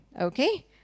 okay